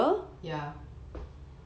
ya